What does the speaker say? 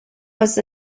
was